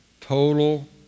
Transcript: Total